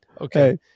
Okay